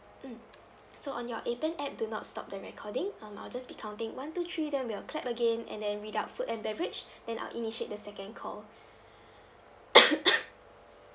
mm so on your appen app do not stop the recording um I'll just be counting one two three then we'll clap again and then read out food and beverage then I'll initiate the second call